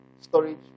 storage